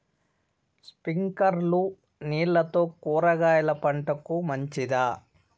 స్ప్రింక్లర్లు నీళ్లతో కూరగాయల పంటకు మంచిదా?